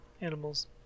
animals